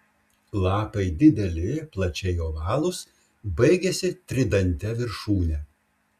lapai dideli plačiai ovalūs baigiasi tridante viršūne